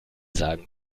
sagen